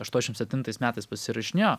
aštuoniašim septintais metais pasirašinėjo